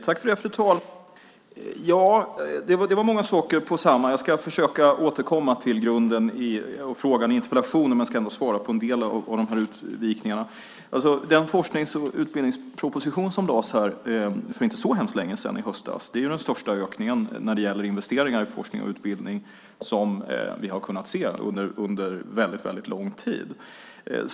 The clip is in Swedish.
Fru talman! Det var många saker på samma gång. Jag ska försöka återkomma till frågan i interpellationen, men jag ska ändå svara på en del av dessa utvikningar. Den forsknings och utbildningsproposition som lades fram här för inte så länge sedan i höstas innebär den största ökningen när det gäller investeringar i forskning och utbildning som vi har kunnat se under väldigt lång tid.